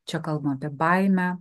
čia kalbam apie baimę